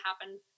happen